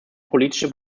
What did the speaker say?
politische